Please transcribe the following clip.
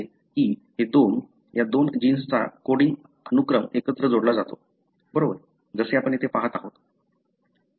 हे ट्रान्सलोकेशन अशा प्रकारे घडते की हे दोन या दोन जीन्सचा कोडींग अनुक्रम एकत्र जोडला जातो आहे बरोबर जसे आपण येथे पहात आहात